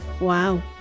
Wow